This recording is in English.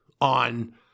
on